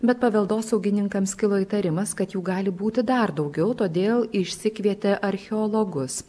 bet paveldosaugininkams kilo įtarimas kad jų gali būti dar daugiau todėl išsikvietė archeologus